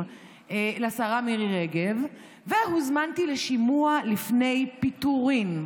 לשרה מירי רגב והוזמנתי לשימוע לפני פיטורים.